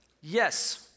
Yes